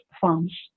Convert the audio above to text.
farms